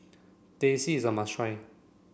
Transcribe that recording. Teh C is a must try